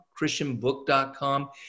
christianbook.com